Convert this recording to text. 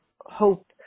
hope